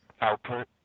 output